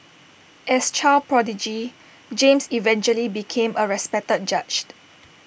as child prodigy James eventually became A respected judged